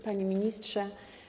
Panie Ministrze!